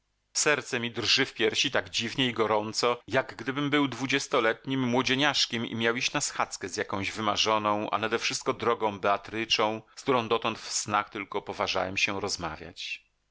serce mi drży w piersi tak dziwnie i gorąco jakgdybym był dwudziestoletnim młodzieniaszkiem i miał iść na schadzkę z jakąś wymarzoną a nadewszystko drogą beatryczą z którą dotąd w snach tylko poważałem się rozmawiać